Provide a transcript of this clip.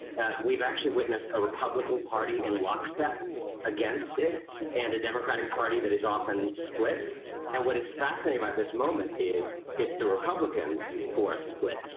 we have actually witnessed a republican party in lock step against it and a democratic party that is often split and what is fascinating about this moment is it's the republicans who are split.